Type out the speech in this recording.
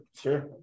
sure